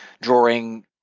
drawing